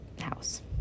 house